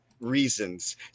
reasons